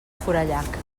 forallac